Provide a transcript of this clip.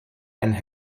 and